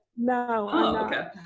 No